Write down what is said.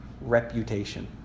reputation